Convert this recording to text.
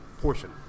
portion